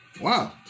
Wow